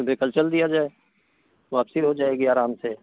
सुबह कल चल दिया जाय वापसी हो जायेगी आराम से